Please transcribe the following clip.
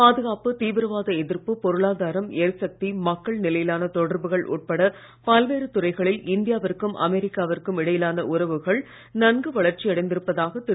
பாதுகாப்பு தீவிரவாத எதிர்ப்பு பொருளாதாரம் எரிசக்தி மக்கள் நிலையிலான தொடர்புகள் உட்பட பல்வேறு துறைகளில் இந்தியாவிற்கும் அமெரிக்காவிற்கும் இடையிலான உறவுகள் நன்கு வளர்ச்சி அடைந்திருப்பதாக திரு